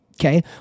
okay